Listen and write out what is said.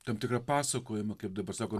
tam tikrą pasakojimą kaip dabar sako